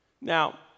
now